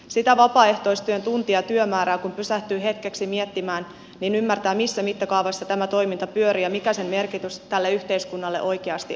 sitä vapaaehtoistyön tunti ja työmäärää kun pysähtyy hetkeksi miettimään niin ymmärtää missä mittakaavassa tämä toiminta pyörii ja mikä sen merkitys tälle yhteiskunnalle oikeasti on